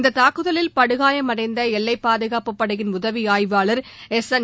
இந்த தாக்குதலில் படுகாயமடைந்த எல்லைப்பாதகாப்புப் படையின் உதவி ஆய்வாளா் எஸ்என்